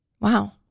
Wow